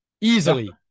Easily